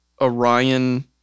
Orion